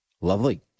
Lovely